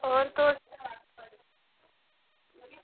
होर तुस